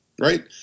right